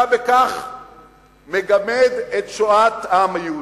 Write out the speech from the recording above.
אתה בכך מגמד את שואת העם היהודי,